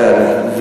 כן.